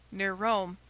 near rome,